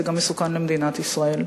זה גם מסוכן למדינת ישראל.